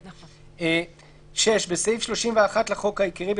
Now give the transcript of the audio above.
תיקון סעיף 31 6. בסעיף 31 לחוק העיקרי,